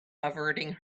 averting